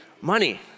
Money